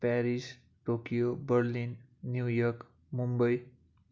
Paris Tokyo Berlin New York Mumbai